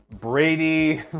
Brady